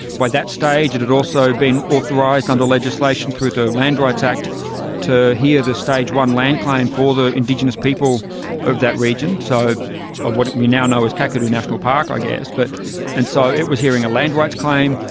by that stage it had also been authorised under legislation through the land rights act to hear the stage one land claim for the indigenous people of that region, so what we now know as kakadu national park i guess. but and so it was hearing a land rights claim,